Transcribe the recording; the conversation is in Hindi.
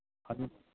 हमें